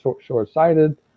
short-sighted